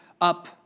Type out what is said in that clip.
up